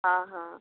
ହଁ ହଁ